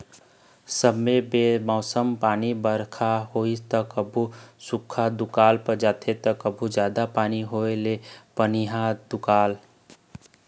समे बेसमय पानी बरखा होइस त कभू सुख्खा दुकाल पर जाथे त कभू जादा पानी होए ले पनिहा दुकाल